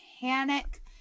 panic